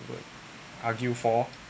would argue for